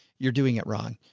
you're doing it wrong.